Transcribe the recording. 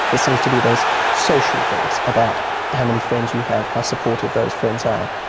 it seems to be those social things about how many friends you have, how supportive those friends are.